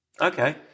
Okay